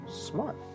smart